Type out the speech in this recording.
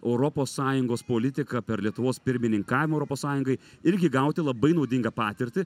europos sąjungos politiką per lietuvos pirmininkavimą europos sąjungai irgi gauti labai naudingą patirtį